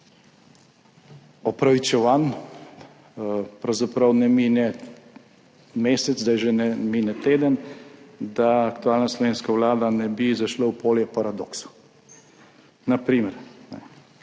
opravičevanj, pravzaprav ne mine mesec, zdaj že ne mine teden, da aktualna slovenska vlada ne bi zašla v polje paradoksov. Na primer,